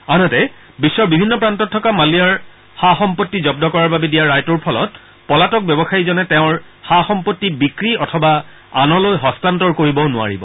আনহাতে বিশ্বৰ বিভিন্ন প্ৰান্তত থকা মালিয়াৰ সা সম্পত্তি জব্দ কৰাৰ বাবে দিয়া ৰায়টোৰ ফলত পলাতক ব্যৱসায়ীজনে তেওঁৰ সা সম্পত্তি বিক্ৰী বা আনলৈ হস্তান্তৰ কৰিবও নোৱাৰিব